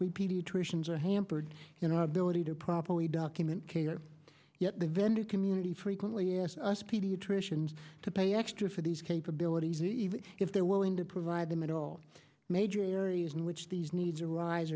we pediatricians are hampered you know ability to properly document care yet the vendor community frequently asked us pediatricians to pay extra for these capabilities even if they're willing to provide them at all major areas in which these needs arise